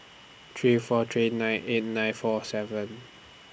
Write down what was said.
three four three nine eight nine four seven